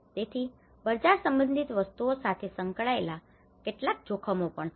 તેથી બજાર સંબંધિત વસ્તુઓ સાથે સંકળાયેલા કેટલાક જોખમો પણ છે